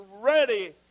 ready